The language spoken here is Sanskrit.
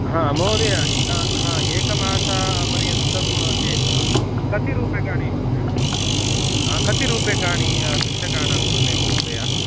हा महोदय हा एकमासापर्यन्तं चेत् कति रूप्यकाणि ह कति रूप्यकाणि शिक्षकाणां कृते महोदय